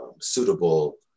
suitable